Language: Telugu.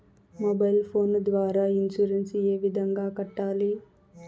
మొబైల్ ఫోను ద్వారా ఇన్సూరెన్సు ఏ విధంగా కట్టాలి